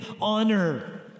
honor